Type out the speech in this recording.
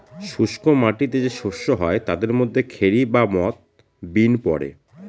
শুস্ক মাটিতে যে শস্য হয় তাদের মধ্যে খেরি বা মথ, বিন পড়ে